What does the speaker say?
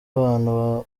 abantu